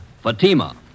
Fatima